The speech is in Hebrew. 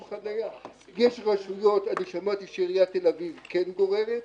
יש רשויות, שמעתי שעיריית תל אביב כן גוררת.